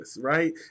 right